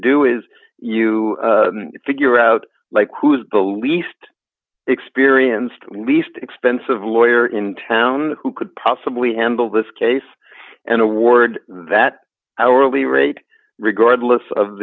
do is you figure out like who is the least experienced least expensive lawyer in town who could possibly handle this case and award that hourly rate regardless of